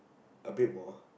a bit more